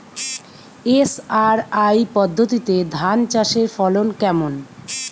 SRI পদ্ধতিতে ধান চাষের ফলন কেমন?